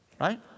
Right